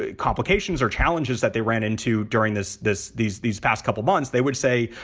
ah complications or challenges that they ran into during this this these these past couple of months, they would say,